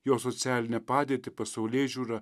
jo socialinę padėtį pasaulėžiūrą